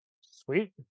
Sweet